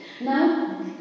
Now